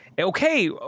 okay